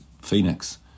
Phoenix